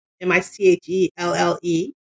M-I-C-H-E-L-L-E